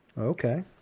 okay